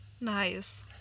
Nice